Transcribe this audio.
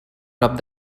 prop